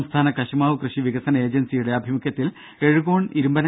സംസ്ഥാന കശുമാവ് കൃഷി വികസന ഏജൻസിയുടെ ആഭിമുഖ്യത്തിൽ എഴുകോൺ ഇരുമ്പനങ്ങാട് പി